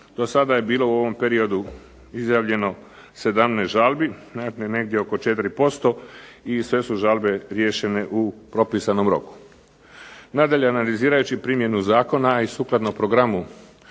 Do sada je bilo u ovom periodu izjavljeno 17 žalbi, oko 4% i sve su žalbe riješene u propisanom roku. Nadalje, analizirajući primjenu zakona i sukladno Programu